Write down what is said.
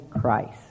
Christ